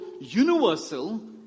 universal